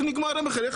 איך נגמר המכר?